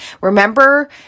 Remember